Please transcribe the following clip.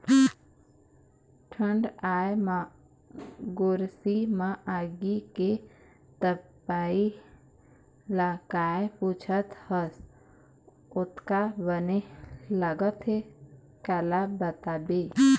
ठंड आय म गोरसी म आगी के तपई ल काय पुछत हस अतका बने लगथे काला बताबे